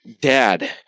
Dad